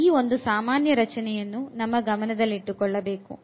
ಈ ಒಂದು ಸಾಮಾನ್ಯ ರಚನೆಯನ್ನು ನಮ್ಮ ಗಮನದಲ್ಲಿಟ್ಟುಕೊಳ್ಳಬೇಕು